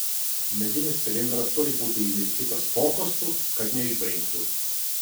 medinis cilindras turi būti įmirkytas pokostu kad neišbrinktų